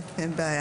אין בעיה.